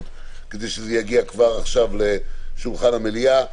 כדי שזה יגיע כבר עכשיו לשולחן המליאה.